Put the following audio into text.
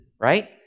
Right